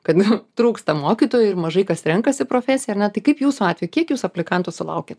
kad nu trūksta mokytojų ir mažai kas renkasi profesiją ar na taip kaip jūsų atveju kiek jūs aplikantų sulaukiat